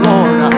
Lord